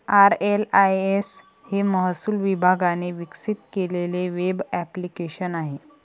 RLIS हे महसूल विभागाने विकसित केलेले वेब ॲप्लिकेशन आहे